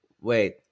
wait